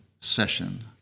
session